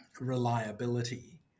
reliability